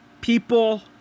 people